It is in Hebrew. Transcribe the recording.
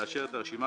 לאשר את הרשימה